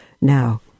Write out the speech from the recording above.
Now